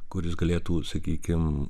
kuris galėtų sakykim